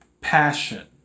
Passion